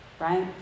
right